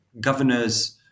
governors